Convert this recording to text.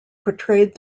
portrayed